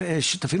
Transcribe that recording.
ממשלתית,